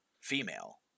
female